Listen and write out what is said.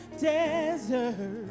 desert